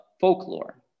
folklore